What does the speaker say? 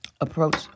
approach